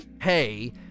hey